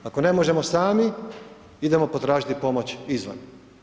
Ako ne možemo sami idemo potražiti pomoć izvan.